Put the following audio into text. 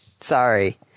Sorry